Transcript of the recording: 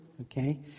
okay